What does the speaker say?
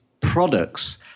products